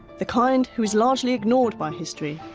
the kind who is largely ignored by history,